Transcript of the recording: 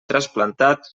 trasplantat